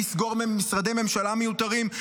לסגור משרדי ממשלה מיותרים,